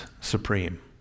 supreme